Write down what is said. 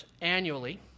annually